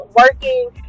working